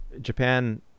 Japan